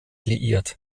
liiert